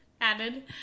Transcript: Added